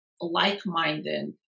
like-minded